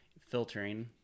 Filtering